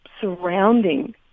surrounding